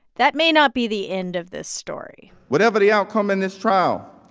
that may not be the end of this story whatever the outcome in this trial,